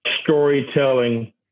storytelling